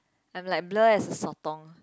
I'm like blur as a sotong